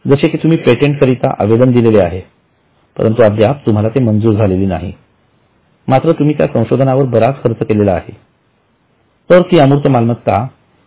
जसे कि तुम्ही पेटंट करीता आवेदनदिलेलेआहेपरंतु अद्याप तुम्हाला ते मंजूर झालेले नाही मात्र तुम्ही त्या संशोधनावर बराच खर्च केलेला आहे तरतीअमूर्तमालमत्ता विकासाच्याटप्प्यावरआहे